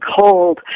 cold